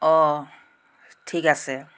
অঁ ঠিক আছে